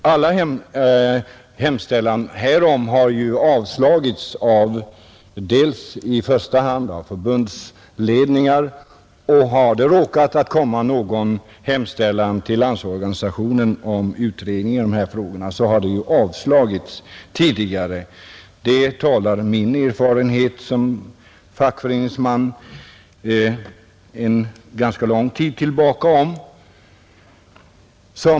Varje hemställan härom har avslagits, i första hand av förbundsledningar, och har det råkat komma några framställningar till Landsorganisationen om utredning så har de avslagits — det har jag som fackföreningsman under en ganska lång tid haft erfarenhet av.